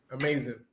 Amazing